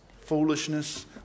foolishness